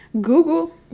google